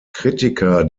kritiker